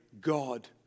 God